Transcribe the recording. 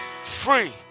Free